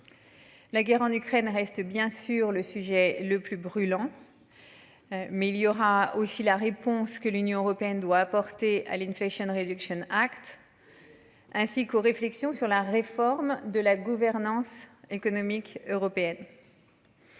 La guerre en Ukraine reste bien sur le sujet le plus brûlant. Mais il y aura aussi la réponse que l'Union européenne doit apporter à l'infection, une réduction Act. Ainsi qu'aux réflexions sur la réforme de la gouvernance économique européenne.